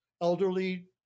elderly